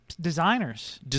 designers